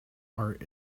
art